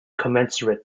commensurate